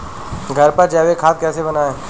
घर पर जैविक खाद कैसे बनाएँ?